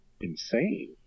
insane